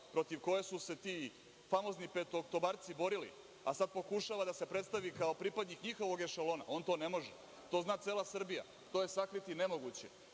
protiv koje su se ti famozni petooktobarci borili, a sad pokušava da se predstavi kao pripadnik njihovog ešalona, on to ne može. To zna cela Srbija. To je sakriti nemoguće. Onda,